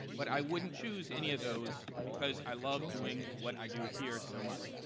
but i wouldn't choose any of those, because i love doing what i do here so much.